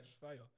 fire